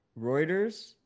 Reuters